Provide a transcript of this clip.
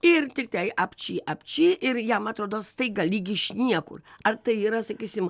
ir tiktai apči apči ir jam atrodo staiga lyg iš niekur ar tai yra sakysim